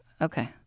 Okay